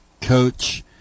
coach